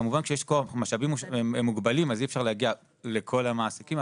כמובן כשיש משאבים מוגבלים אז אי אפשר להגיע לכל המעסיקים,